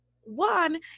one